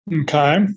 Okay